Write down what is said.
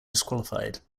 disqualified